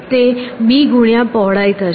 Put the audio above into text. તે b પહોળાઈ થશે